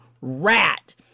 Rat